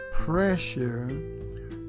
Pressure